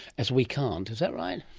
as we can't. is that right?